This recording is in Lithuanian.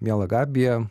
miela gabija